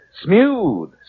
smooth